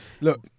look